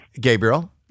Gabriel